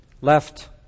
left